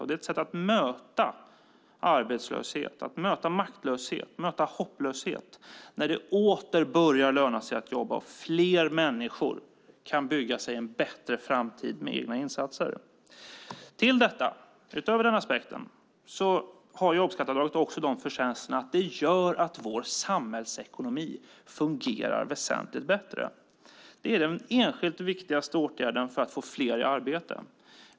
Det är ett sätt att möta arbetslöshet, maktlöshet och hopplöshet när det åter börjar löna sig att jobba och fler människor kan bygga sig en bättre framtid med egna insatser. Utöver den aspekten har jobbskatteavdraget också förtjänsten att det gör att vår samhällsekonomi fungerar väsentligt bättre. Det är den enskilt viktigaste åtgärden för att få fler i arbete.